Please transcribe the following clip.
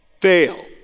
fail